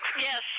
Yes